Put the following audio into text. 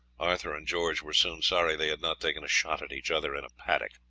arthur and george were soon sorry they had not taken a shot at each other in a paddock.